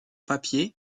papier